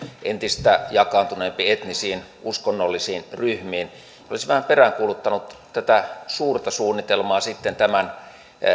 entistä jakaantuneempi etnisiin uskonnollisiin ryhmiin olisin vähän peräänkuuluttanut tätä suurta suunnitelmaa tämän